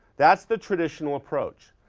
that's the traditional approach.